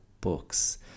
books